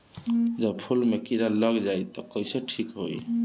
जब फूल मे किरा लग जाई त कइसे ठिक होई?